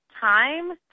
time